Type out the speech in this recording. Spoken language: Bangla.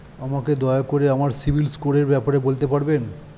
আমাকে দয়া করে আমার সিবিল স্কোরের ব্যাপারে বলতে পারবেন?